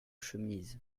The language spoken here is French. chemise